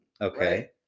Okay